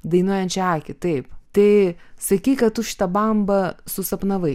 dainuojančią akį taip tai sakei kad tu šitą bambą susapnavai